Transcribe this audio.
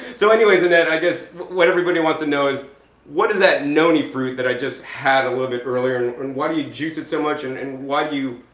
so anyways annette, i guess what everybody wants to know is what is that noni fruit that i just had a little bit earlier, and why do you juice it so much and and why do you,